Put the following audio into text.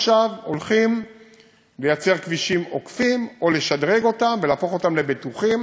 עכשיו הולכים לייצר כבישים עוקפים או לשדרג אותם ולהפוך אותם לבטוחים